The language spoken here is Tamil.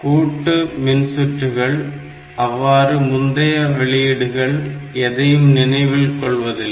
கூட்டு மின்சுற்றுகள் அவ்வாறு முந்தைய வெளியீடுகள் எதையும் நினைவில் கொள்வதில்லை